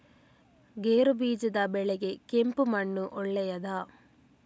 ಗೇರುಬೀಜದ ಬೆಳೆಗೆ ಕೆಂಪು ಮಣ್ಣು ಒಳ್ಳೆಯದಾ?